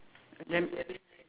then